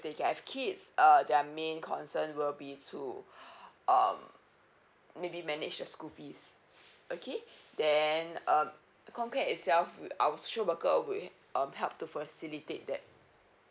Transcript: if they have kids err their main concern will be to um maybe manage the school fees okay then um comcare itself our social workers will um help to facilitate that